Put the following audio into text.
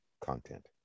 content